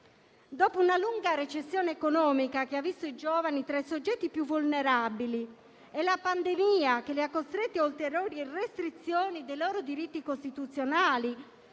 Dopo una lunga recessione economica che ha visto i giovani tra i soggetti più vulnerabili e la pandemia che li ha costretti ad ulteriori restrizioni dei loro diritti costituzionali,